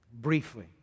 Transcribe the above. briefly